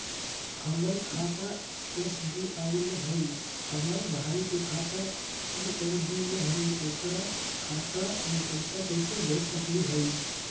हमर खाता एस.बी.आई में हई, हमर भाई के खाता पी.एन.बी में हई, ओकर खाता में पैसा कैसे भेज सकली हई?